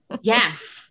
Yes